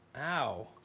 Ow